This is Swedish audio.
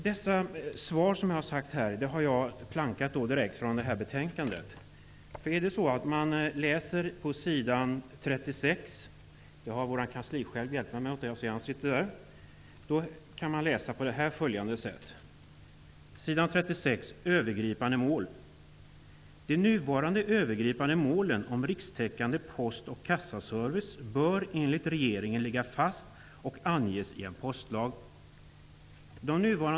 De svar som jag har redovisat här har jag hämtat direkt från betänkandet. Hänvisningarna har gjorts av vår kanslichef, som sitter med här i kammaren. ''De nuvarande övergripande målen om rikstäckande post och kassaservice bör enligt regeringen ligga fast och anges i en postlag.''